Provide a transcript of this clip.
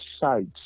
sides